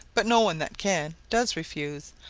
but no one that can does refuse,